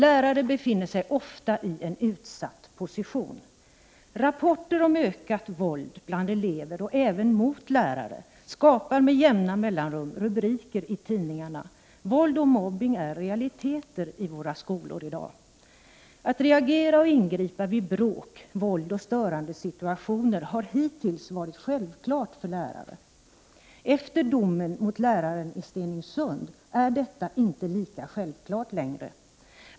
Lärare befinner sig ofta i en utsatt position. Rapporter om ökat våld bland elever, och även mot lärare, skapar med jämna mellanrum rubriker i tidningarna. Våld och mobbning är realiteter i många skolor i dag. Att reagera och ingripa vid bråk, våld och störande situationer har hittills varit självklart för lärare. Efter domen mot läraren i Stenungsund är detta inte lika självklart längre.